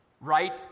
right